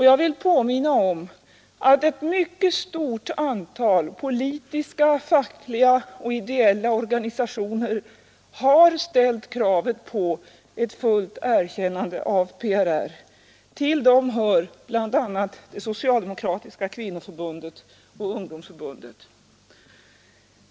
Jag vill påminna om att ett mycket stort antal politiska, fackliga och ideella organisationer har ställt kravet på fullt erkännande av PRR. Till dem hör bl.a. många socialdemokratiska partidistrikt. Socialdemokratiska kvinnoförbundet och Ungdomsförbundet.